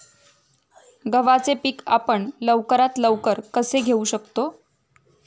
गव्हाचे पीक आपण लवकरात लवकर कसे घेऊ शकतो?